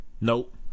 Nope